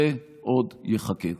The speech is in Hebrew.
זה עוד ייחקר.